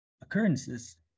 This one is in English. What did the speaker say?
occurrences